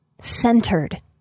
centered